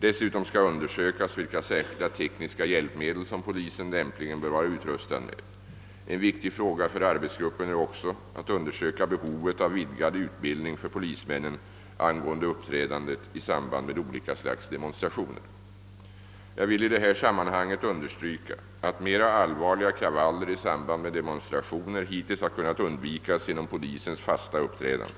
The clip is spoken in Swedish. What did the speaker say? Dessutom skall undersökas vilka särskilda tekniska hjälpmedel som polisen lämpligen bör vara utrustad med. En viktig fråga för arbetsgruppen är också att undersöka behovet av vidgad utbildning för polismännen angående uppträdandet i samband med olika slags demonstrationer. Jag vill i detta sammanhang understryka att mera allvarliga kravaller i samband med demonstrationer hittills har kunnat undvikas genom polisens fasta uppträdande.